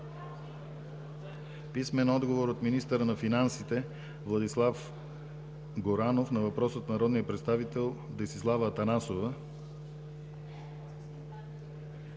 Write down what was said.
писмен отговор от министъра на финансите Владислав Горанов на въпрос от народния представител Десислава Атанасова;